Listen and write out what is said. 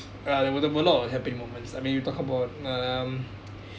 uh there was a lot of happy moments I mean you talk about um